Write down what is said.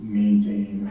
maintain